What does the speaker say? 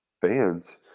fans